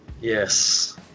yes